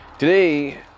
Today